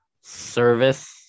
service